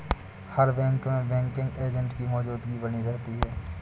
हर bank में banking agent की मौजूदगी बनी रहती है